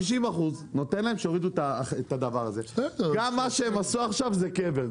50% נותן להם שיורידו את הדבר הזה גם מה שהם עכשיו עכשיו זה קבר,